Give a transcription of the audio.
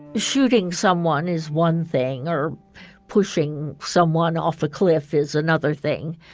shooting someone is one thing or pushing someone off a cliff is another thing,